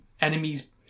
enemies